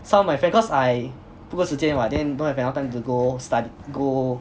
some of my friend cause I 不够时间 mah then don't have time to go study go